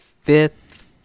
fifth